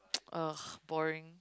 ugh boring